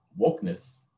wokeness